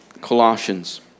Colossians